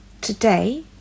today